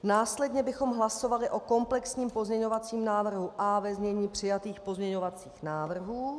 Následně bychom hlasovali o komplexním pozměňovacím návrhu A ve znění přijatých pozměňovacích návrhů.